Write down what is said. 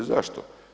Zašto?